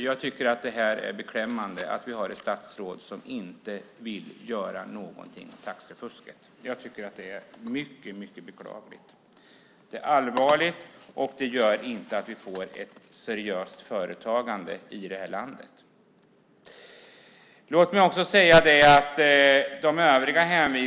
Jag tycker att det är beklämmande att vi har ett statsråd som inte vill göra något åt taxifusket. Jag tycker att det är mycket beklagligt. Det är allvarligt, och det gör inte att vi får ett seriöst företagande här i landet.